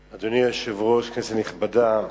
היושב-ראש, כנסת נכבדה,